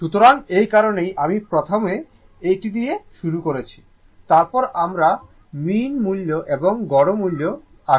সুতরাং এই কারণেই আমি প্রথমে এটি দিয়ে শুরু করেছি তারপরে আমরা মিন মূল্য এবং গড় মূল্যে আসব